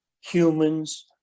humans